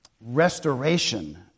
restoration